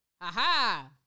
Aha